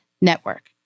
network